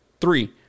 Three